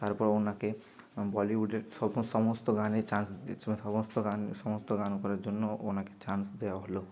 তারপর ওনাকে বলিউডের সপো সমস্ত গানে চান্স সমস্ত গান সমস্ত গান করার জন্য ওনাকে চান্স দেওয়া হলো